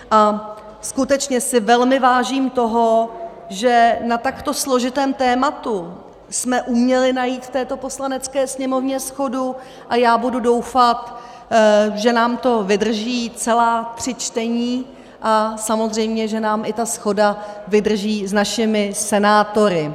A skutečně si velmi vážím toho, že na takto složitém tématu jsme uměli najít v této Poslanecké sněmovně shodu, a budu doufat, že nám to vydrží celá tři čtení a samozřejmě že nám i ta shoda vydrží s našimi senátory.